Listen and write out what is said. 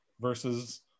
versus